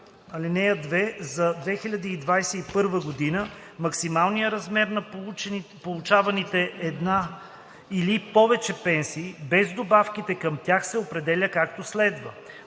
„(2) За 2021 г. максималният размер на получаваните една или повече пенсии без добавките към тях се определя, както следва: